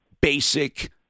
basic